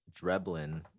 Dreblin